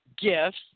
gifts